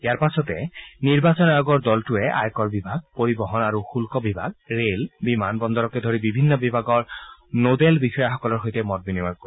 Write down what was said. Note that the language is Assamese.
ইয়াৰ পাছতে নিৰ্বাচন আয়োগৰ দলটোৱে আয়কৰ বিভাগ পৰিবহন আৰু শুল্ক বিভাগ ৰেল বিমান বন্দৰকে ধৰি বিভিন্ন বিভাগৰ নডেল বিষয়াসকলৰ সৈতে মত বিনিময় কৰিব